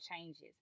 changes